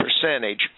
percentage